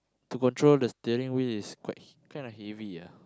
to control the steering wheel is quite hea~ kind of heavy ah